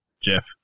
Jeff